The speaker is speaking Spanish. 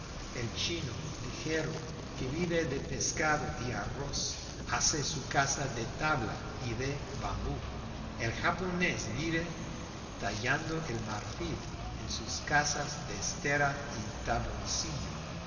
el chino ligero que vive de pescado y arroz hace su casa de tabla y de bambú el japonés vive tallando el marfil en sus casas de estera y tabloncillo